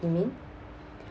you mean